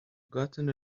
gotten